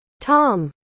tom